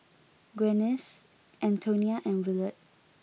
Gwyneth Antonia and Willard